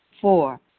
Four